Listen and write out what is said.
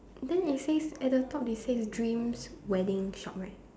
then it says at the top they say dreams wedding shop right